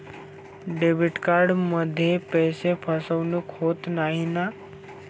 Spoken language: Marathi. डेबिट कार्डमध्ये पैसे फसवणूक होत नाही ना?